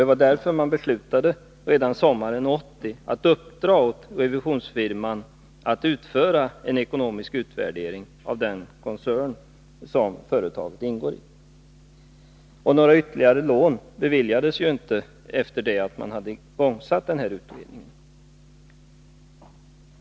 Det var därför man redan sommaren 1980 beslutade att uppdra åt revisionsfirman att utföra en ekonomisk utvärdering av den koncern som företaget ingår i. Några ytterligare lån beviljades inte efter det att man hade igångsatt denna utredning.